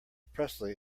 presley